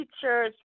teachers